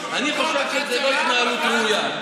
אני חושב שזו לא התנהלות ראויה.